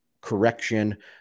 correction